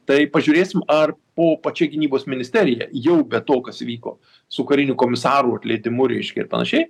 tai pažiūrėsim ar po pačia gynybos ministerija jau be to kas įvyko su karinių komisarų atleidimu reiškia ir panašiai